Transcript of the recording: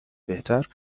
بهتر